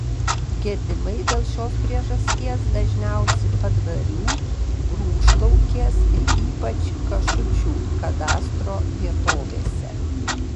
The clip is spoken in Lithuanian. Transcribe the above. gedimai dėl šios priežasties dažniausi padvarių grūšlaukės ir ypač kašučių kadastro vietovėse